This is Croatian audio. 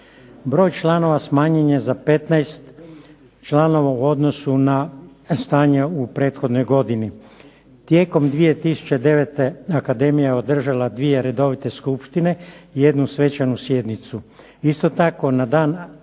Broj članova smanjen je za 15 članova u odnosu na stanje u prethodnoj godini. Tijekom 2009. akademija je održala dvije redovite skupštine i jednu svečanu sjednicu.